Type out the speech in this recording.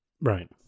right